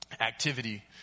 Activity